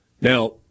Now